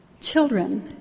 Children